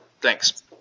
thanks